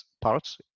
parts